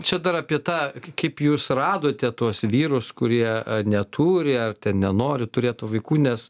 čia dar apie tą kaip jūs radote tuos vyrus kurie neturi ar ten nenori turėt vaikų nes